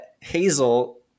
Hazel